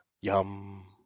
Yum